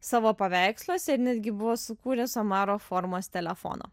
savo paveiksluose ir netgi buvo sukūręs omaro formos telefoną